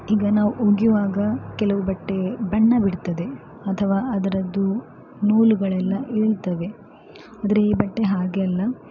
ಈಗ ನಾವು ಒಗಿವಾಗ ಕೆಲವು ಬಟ್ಟೆ ಬಣ್ಣ ಬಿಡ್ತದೆ ಅಥವಾ ಅದರದ್ದು ನೂಲುಗಳೆಲ್ಲ ಏಳ್ತವೆ ಆದರೆ ಈ ಬಟ್ಟೆ ಹಾಗೆಲ್ಲ